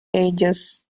ages